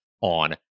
on